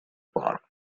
park